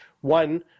one